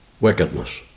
wickedness